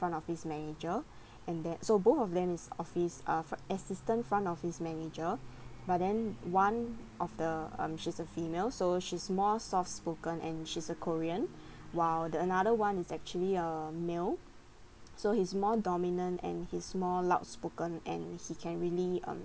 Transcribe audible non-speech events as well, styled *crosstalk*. front office manager *breath* and that so both of them is office uh for assistant front office manager but then one of the um she's a female so she's more soft spoken and she's a korean *breath* while the another [one] is actually a male so he's more dominant and he's more loud spoken and he can really um